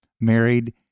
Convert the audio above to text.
married